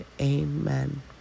Amen